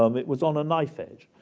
um it was on a knife-edge.